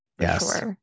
Yes